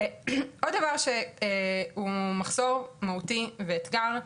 עוד דבר שהוא מחסור מהותי והוא אתגר,